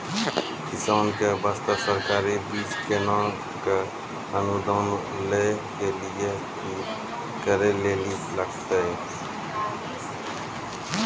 किसान के बास्ते सरकारी बीज केना कऽ अनुदान पर लै के लिए की करै लेली लागतै?